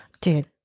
dude